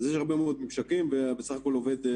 אז יש הרבה מאוד ממשקים ובסך הכול אנחנו